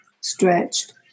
stretched